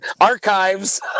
Archives